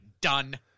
Done